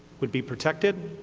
would be protected,